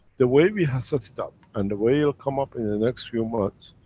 the way we have set it up and the way it'll come up in the next few months,